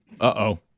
Uh-oh